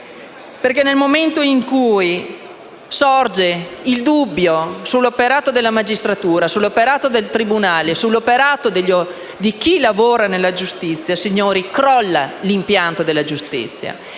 essere. Nel momento in cui sorge il dubbio sull'operato della magistratura, sull'operato del tribunale e di chi lavora nella giustizia, signori, crolla l'impianto della giustizia.